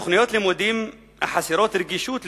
ותוכניות לימודים החסרות רגישות לזהות,